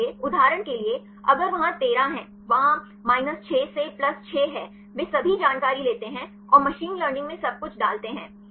इसलिए उदाहरण के लिए अगर वहाँ 13 है वहाँ 6 से 6 है वे सभी जानकारी लेते हैं और मशीन लर्निंग में सब कुछ डालते हैं